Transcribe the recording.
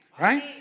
Right